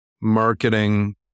marketing